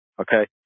okay